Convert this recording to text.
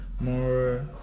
more